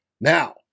Now